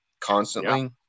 constantly